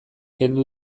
kendu